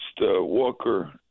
Walker